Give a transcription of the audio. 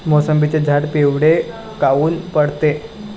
मोसंबीचे झाडं पिवळे काऊन पडते?